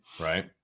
Right